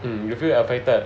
mm you feel affected